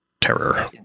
terror